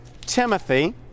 Timothy